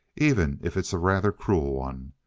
even if it's a rather cruel one.